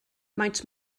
maent